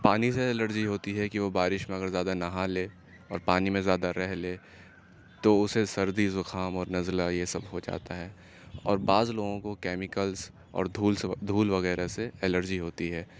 پانی سے الرجی ہوتی ہے کہ وہ بارش میں اگر زیادہ نہا لے اور پانی میں زیادہ رہ لے تو اسے سردی زکھام اور نزلہ یہ سب ہو جاتا ہے اور بعض لوگوں کو کیمکلس اور دھول سے دھول وغیرہ سے الرجی ہوتی ہے